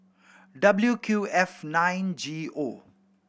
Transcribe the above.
W Q F nine G O